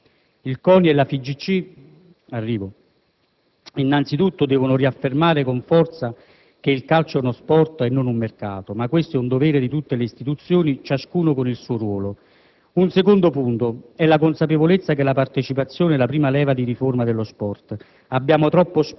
onestamente distorto e desolante. Dobbiamo correggere con forza questa tendenza. II CONI e la FIGC innanzitutto devono riaffermare con forza che il calcio è uno sport e non un mercato. Ma questo è un dovere di tutte le istituzioni, ciascuna con il proprio ruolo.